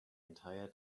entire